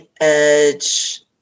edge